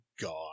God